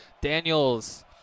Daniels